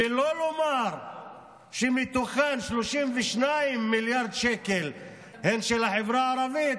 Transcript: ולא לומר שמתוכם 32 מיליארד שקל הם של החברה הערבית,